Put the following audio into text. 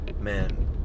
man